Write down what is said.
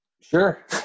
Sure